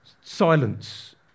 Silence